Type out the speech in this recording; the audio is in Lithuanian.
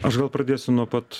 aš gal pradėsiu nuo pat